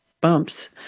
bumps